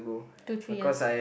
two three years